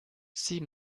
sie